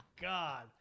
God